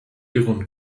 ihren